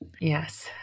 Yes